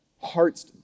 hearts